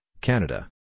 Canada